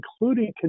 including